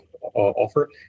offer